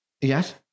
Yes